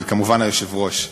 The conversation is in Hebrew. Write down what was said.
וכמובן, ליושב-ראש.